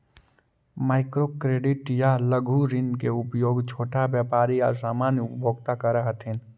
micro credit या लघु ऋण के उपयोग छोटा व्यापारी या सामान्य उपभोक्ता करऽ हथिन